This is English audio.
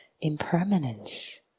impermanence